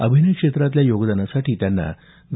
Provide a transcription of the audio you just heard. अभिनय क्षेत्रातल्या योगदानासाठी त्यांना ग